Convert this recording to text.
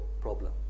problem